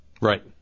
Right